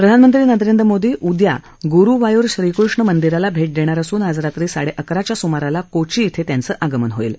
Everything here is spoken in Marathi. प्रधानमंत्री नरेंद्र मोदी उद्या गुरुवायूर श्रीकृष्ण मंदिराला भेट देणार असून आज रात्री साडेअकराच्या सुमाराला कोची क्विं त्यांचं आगमन होईल